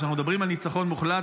וכשאנחנו מדברים על ניצחון מוחלט,